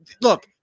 Look